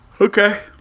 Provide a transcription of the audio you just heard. Okay